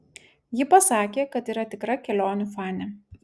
ji pasakė kad yra tikra kelionių fanė